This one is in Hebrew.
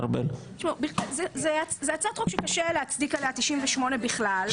זאת הצעת חוק שקשה להצדיק עליה 98 בכלל.